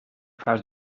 fas